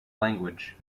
language